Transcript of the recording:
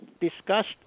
discussed